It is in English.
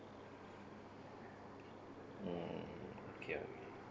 mm